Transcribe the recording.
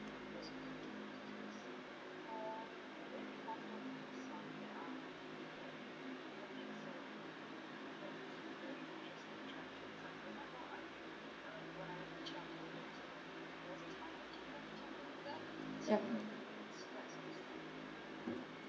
yup